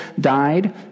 died